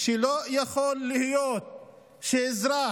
שלא יכול להיות שאזרח